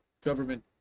government